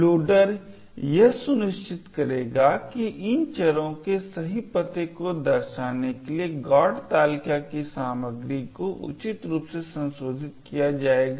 loader यह सुनिश्चित करेगा कि इन चरों के सही पते को दर्शाने के लिए GOT तालिका की सामग्री को उचित रूप से संशोधित किया जाएगा